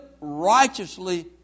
righteously